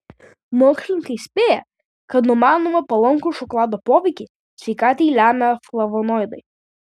mokslininkai spėja kad numanomą palankų šokolado poveikį sveikatai lemia flavonoidai